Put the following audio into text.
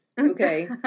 Okay